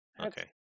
Okay